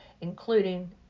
including